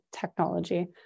technology